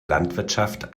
landwirtschaft